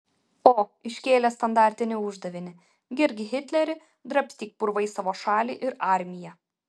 o iškėlė standartinį uždavinį girk hitlerį drabstyk purvais savo šalį ir armiją